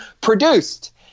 produced